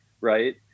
Right